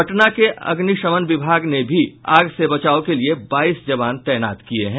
पटना के अग्निशमन विभाग ने भी आग से बचाव के लिये बाईस जवान तैनात किये हैं